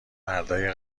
مردای